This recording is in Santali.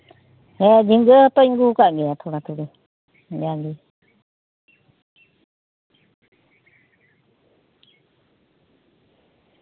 ᱦᱮᱸ ᱡᱷᱤᱸᱜᱟᱹ ᱦᱚᱛᱚᱧ ᱟᱜᱩᱣᱟᱠᱟᱫ ᱜᱮᱭᱟ ᱛᱷᱚᱲᱟᱼᱛᱷᱩᱲᱤ ᱡᱟᱜᱮ